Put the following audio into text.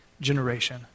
generation